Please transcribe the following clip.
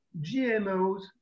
GMOs